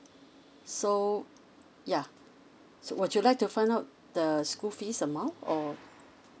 so yeuh so would you like to find out the school fees amount or